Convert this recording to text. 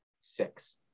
six